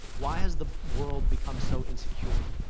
why has the world become so insecure.